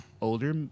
older